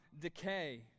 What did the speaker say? decay